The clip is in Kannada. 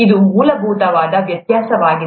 ಇದು ಮೂಲಭೂತ ವ್ಯತ್ಯಾಸವಾಗಿದೆ